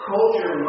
Culture